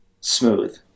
smooth